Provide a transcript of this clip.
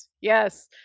Yes